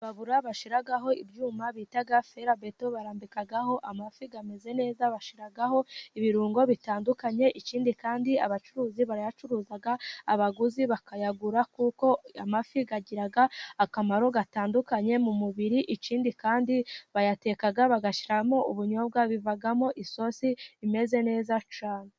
Imbabura bashyiraho ibyuma bita fera beto, barambikaho amafi, ameze neza, bashyiraho ibirungo bitandukanye, ikindi kandi abacuruzi barayacuruza, abaguzi bakayagura, kuko amafi agira akamaro gatandukanye mu mubiri, ikindi kandi bayateka bagashyiramo ubunyobwa, bivamo isosi rimeze neza cyane.